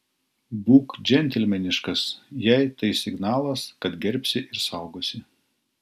būk džentelmeniškas jai tai signalas kad gerbsi ir saugosi